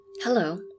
Hello